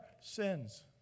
sins